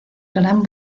gran